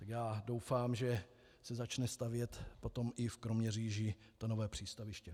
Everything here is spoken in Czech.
Já doufám, že se začne stavět potom i v Kroměříži to nové přístaviště.